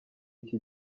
iki